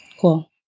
Cool